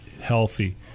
healthy